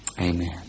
Amen